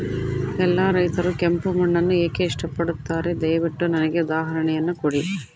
ಎಲ್ಲಾ ರೈತರು ಕೆಂಪು ಮಣ್ಣನ್ನು ಏಕೆ ಇಷ್ಟಪಡುತ್ತಾರೆ ದಯವಿಟ್ಟು ನನಗೆ ಉದಾಹರಣೆಯನ್ನ ಕೊಡಿ?